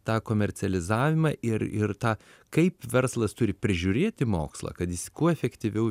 tą komercializavimą ir ir tą kaip verslas turi prižiūrėti mokslą kad jis kuo efektyviau